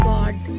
God